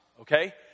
Okay